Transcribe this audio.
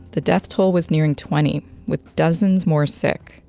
the death toll was nearing twenty, with dozens more sick.